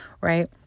right